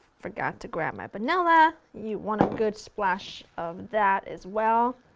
forgot to grab my vanilla, you want a good splash of that as well.